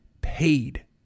paid